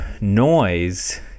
noise